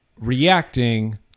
reacting